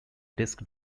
disk